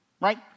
right